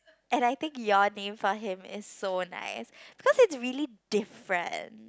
and I think your name for him is so nice because it's really different